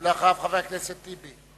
אחריו, חבר הכנסת טיבי.